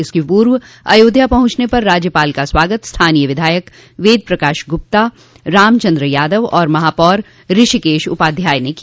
इससे पूर्व अयोध्या पहुंचने पर राज्यपाल का स्वागत स्थानीय विधायक वेद प्रकाश गुप्ता रामचन्द्र यादव और महापौर ऋषिकेश उपाध्याय ने किया